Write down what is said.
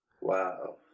Wow